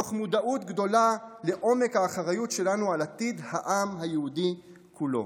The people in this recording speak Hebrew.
מתוך מודעות גדולה לעומק האחריות שלנו על עתיד העם היהודי כולו.